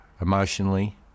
emotionally